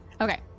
Okay